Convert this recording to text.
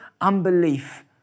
unbelief